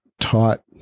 taught